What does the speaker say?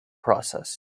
process